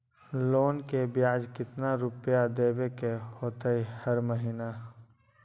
Loan के ब्याज कितना रुपैया देबे के होतइ हर महिना?